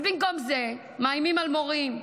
אז במקום זה, מאיימים על מורים: